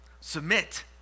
Submit